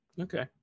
Okay